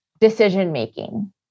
decision-making